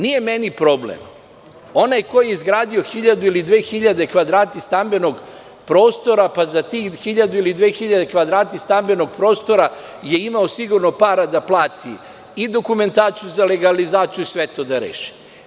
Nije meni problem, onaj ko je izgradio 1.000 ili 2.000 kvadrata stambenog prostora, pa za tih 1.000 ili 2.000 kvadrata stambenog prostora je imamo sigurno para da plati i dokumentaciju za legalizaciju i sve to da reši.